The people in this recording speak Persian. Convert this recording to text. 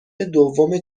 دوم